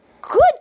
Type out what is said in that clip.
good